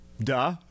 Duh